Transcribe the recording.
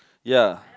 ya